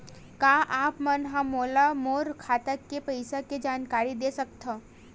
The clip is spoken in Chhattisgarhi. का आप मन ह मोला मोर खाता के पईसा के जानकारी दे सकथव?